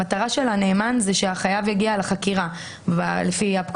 המטרה של הנאמן היא שהחייב יגיע לחקירה ולבירור.